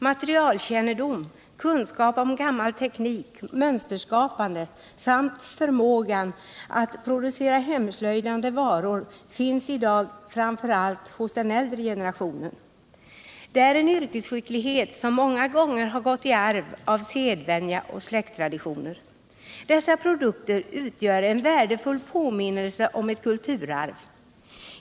Materialkännedom, kunskap om gammal teknik och om mönsterskapande samt förmågan att producera hemslöjdade varor finns i dag framför allt hos den äldre generationen. Det är fråga om en yrkesskicklighet som många gånger har gått i arv genom sedvänja och släkttraditioner. Dessa produkter utgör en värdefull påminnelse om ett kulturarv.